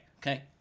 Okay